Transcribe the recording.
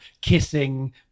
kissing